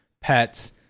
pets